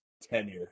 Tenure